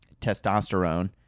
testosterone